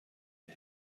you